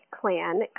clan